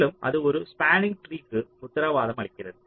மேலும் அது ஒரு ஸ்பாண்ணிங் ட்ரீக்கு உத்தரவாதம் அளிக்கிறது